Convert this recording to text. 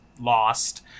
Lost